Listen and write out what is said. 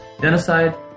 Genocide